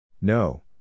No